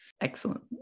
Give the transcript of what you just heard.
Excellent